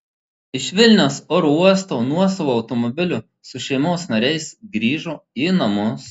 iš vilniaus oro uosto nuosavu automobiliu su šeimos nariais grįžo į namus